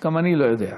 גם אני לא יודע.